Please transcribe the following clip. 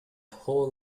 whole